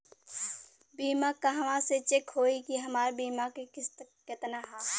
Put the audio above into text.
बीमा कहवा से चेक होयी की हमार बीमा के किस्त केतना ह?